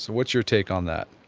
so what's your take on that?